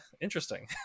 interesting